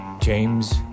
James